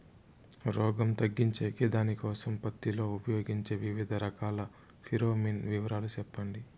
రోగం తగ్గించేకి దానికోసం పత్తి లో ఉపయోగించే వివిధ రకాల ఫిరోమిన్ వివరాలు సెప్పండి